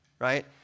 right